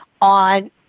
on